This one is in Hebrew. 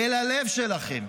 אל הלב שלכם: